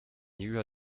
julia